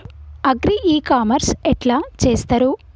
Agri e commerce ఎట్ల చేస్తరు?